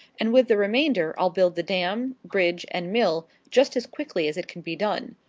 and with the remainder i'll build the dam, bridge, and mill, just as quickly as it can be done.